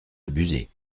abuser